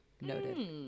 noted